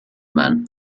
man